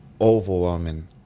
overwhelming